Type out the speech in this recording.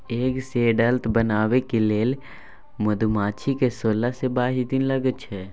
egg सँ adult बनबाक लेल मधुमाछी केँ सोलह सँ बाइस दिन लगै छै